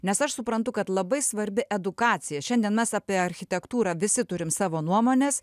nes aš suprantu kad labai svarbi edukacija šiandien mes apie architektūrą visi turim savo nuomones